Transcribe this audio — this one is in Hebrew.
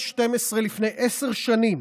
לפני עשר שנים,